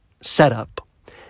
setup